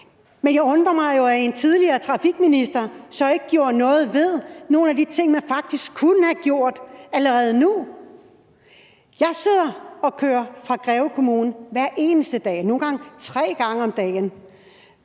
men jeg undrer mig over, at en tidligere trafikminister så ikke gjorde noget ved nogle af de ting, man faktisk kunne have gjort allerede dengang. Jeg kører fra Greve Kommune hver eneste dag, nogle gange tre gange om dagen,